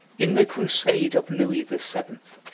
in the crusade of louis the seventh,